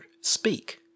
speak